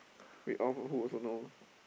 read off who who also know